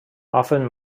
often